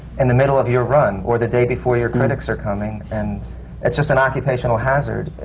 and the middle of your run or the day before your critics are coming. and it's just an occupational hazard.